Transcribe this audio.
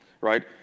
right